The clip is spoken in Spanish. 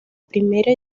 primera